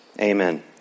Amen